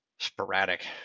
sporadic